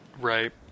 Right